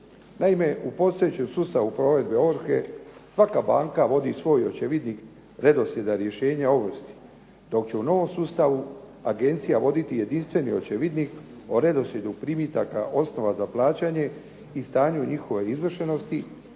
Naime, u postojećem sustavu provedbe ovrhe svaka banka vodi svoj očevidnik redoslijeda rješenja o ovrsi dok će u novom sustavu agencija voditi jedinstveni očevidnik o redoslijedu primitaka osnova za plaćanje i stanju njihove izvršenosti